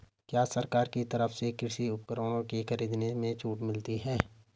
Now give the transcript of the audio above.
क्या सरकार की तरफ से कृषि उपकरणों के खरीदने में छूट मिलती है?